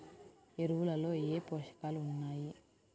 ఎరువులలో ఏ పోషకాలు ఉన్నాయి?